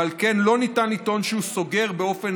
ועל כן לא ניתן לטעון שהוא סוגר באופן